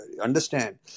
understand